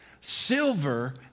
silver